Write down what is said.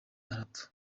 arapfa